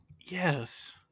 yes